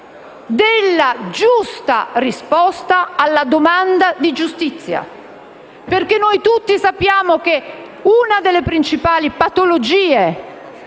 della giusta risposta alla domanda di giustizia. Noi tutti, infatti, sappiamo che una delle principali patologie